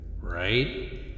Right